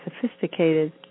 sophisticated